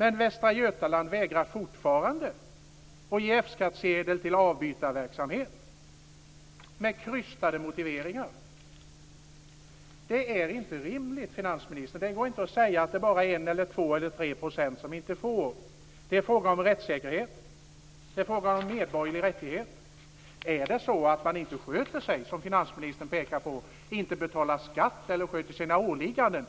Men Västra Götaland vägrar fortfarande att ge F-skattsedel till avbytarverksamhet med krystade motiveringar. Det är inte rimligt, finansministern. Det går inte att säga att det bara är 1 %, 2 % eller 3 % som inte får F-skattsedel. Det är fråga om rättssäkerhet. Det är fråga om en medborgerlig rättighet. Är det så att man inte sköter sig, som finansministern pekade på, inte betalar sin skatt eller sköter sina åligganden,